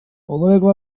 odoleko